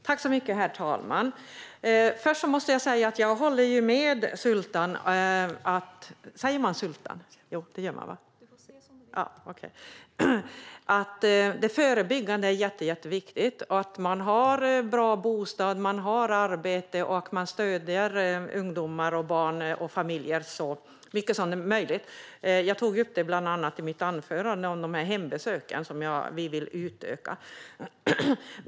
Herr talman! Först måste jag säga att jag håller med Sultan om att det förebyggande är jätteviktigt. Det är också viktigt med en bra bostad och arbete och att man stöder barn, ungdomar och familjer så mycket som möjligt. Jag tog i mitt anförande bland annat upp hembesöken, som vi vill utöka.